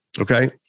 Okay